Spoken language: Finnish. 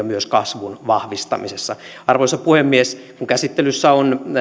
myös kasvun vahvistamisessa onnistutaan arvoisa puhemies kun käsittelyssä on